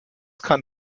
kann